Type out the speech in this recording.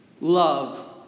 love